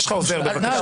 יש לך עוזר, בבקשה.